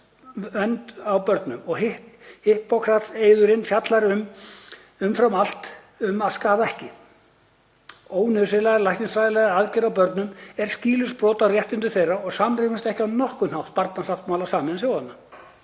fjallar um vernd á börnum og Hippókratesareiðurinn fjallar umfram allt um að skaða ekki. Ónauðsynlegar læknisfræðilegar aðgerðir á börnum eru skýlaust brot á réttindum þeirra og samrýmast ekki á nokkurn hátt barnasáttmála Sameinuðu þjóðanna.